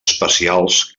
especials